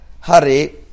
Hari